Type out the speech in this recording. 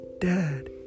dad